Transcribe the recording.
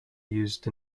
used